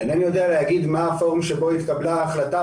אינני יודע להגיד מה הפורום שבו התקבלה ההחלטה.